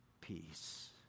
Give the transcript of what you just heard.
peace